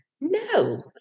No